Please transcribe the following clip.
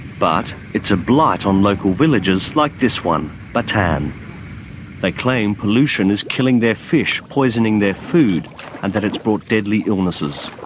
but it's a blight on local villages like this one, batan. but um they claim pollution is killing their fish, poisoning their food and that it's brought deadly illnesses.